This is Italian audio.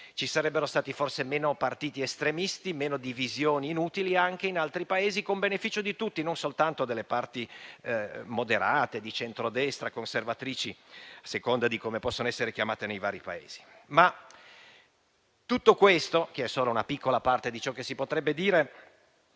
ci sarebbero stati forse meno partiti estremisti e meno divisioni inutili anche in altri Paesi, con beneficio di tutti, non soltanto delle parti moderate, di centro destra e conservatrici (a seconda di come possono essere chiamate nei vari Paesi). Tutto questo, che è solo una piccola parte di ciò che si potrebbe dire,